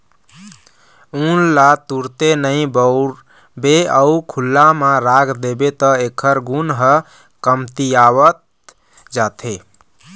ऊन ल तुरते नइ बउरबे अउ खुल्ला म राख देबे त एखर गुन ह कमतियावत जाथे